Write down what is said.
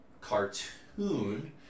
cartoon